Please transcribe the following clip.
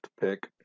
pick